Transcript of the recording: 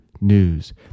news